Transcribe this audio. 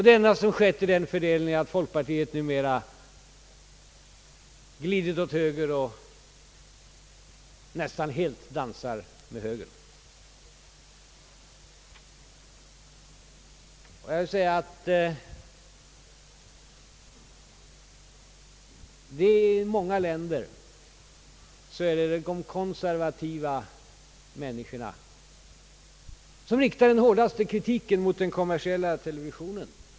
Det enda som har skett när det gäller fördelningen är att folkpartiet numera glidit åt höger och nästan helt dansar med högern. Jag vill säga att det i många länder är de konservativa människorna som riktar den hårdaste kritiken mot den kommersiella televisionen.